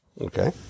Okay